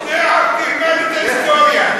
תלמד את ההיסטוריה.